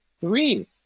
Three